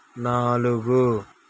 నాలుగు